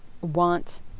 want